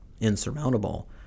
insurmountable